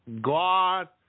God